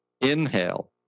Inhale